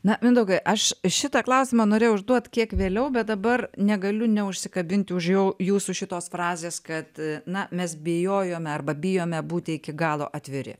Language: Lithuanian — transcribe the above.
na mindaugai aš šitą klausimą norėjau užduot kiek vėliau bet dabar negaliu neužsikabinti už jau jūsų šitos frazės kad na mes bijojome arba bijome būti iki galo atviri